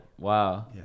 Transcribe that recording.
wow